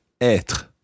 Être